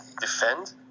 defend